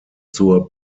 zur